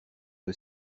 que